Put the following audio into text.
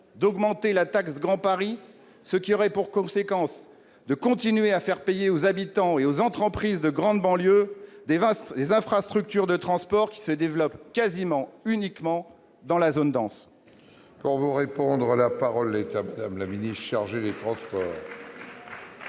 d'augmenter la taxe Grand Paris, ce qui aurait pour conséquence de continuer à faire payer aux habitants et aux entreprises de grande banlieue des infrastructures de transport qui se développent quasiment uniquement dans la zone dense ? La parole est à Mme la ministre chargée des transports.